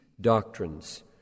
doctrines